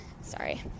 Sorry